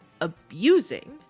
abusing